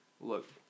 Look